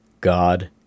God